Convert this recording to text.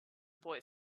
boy